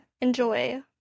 enjoy